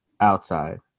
outside